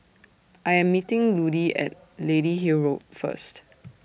I Am meeting Ludie At Lady Hill Road First